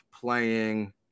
playing